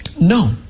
No